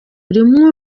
urimo